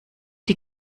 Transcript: die